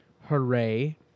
Hooray